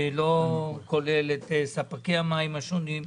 לא כולל את ספקי המים השונים,